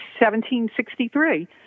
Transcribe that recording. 1763